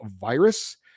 virus